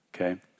okay